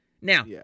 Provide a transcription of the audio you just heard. Now